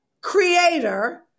creator